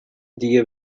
دیگر